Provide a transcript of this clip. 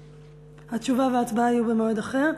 התשובה וההצבעה יהיו במועד אחר.